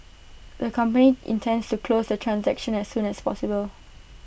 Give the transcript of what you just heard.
the company intends to close the transaction as soon as possible